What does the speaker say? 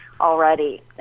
already